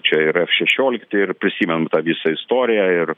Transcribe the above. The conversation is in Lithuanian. čia yra šešiolikti ir prisimenu tą visą istoriją ir